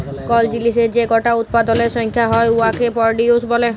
call জিলিসের যে গটা উৎপাদলের সংখ্যা হ্যয় উয়াকে পরডিউস ব্যলে